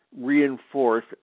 reinforce